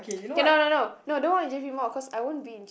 K no no no no don't want to give you more cause I won't be in